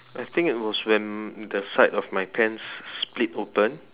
I think it was when the side of my pants split open